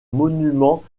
monument